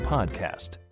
Podcast